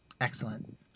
excellent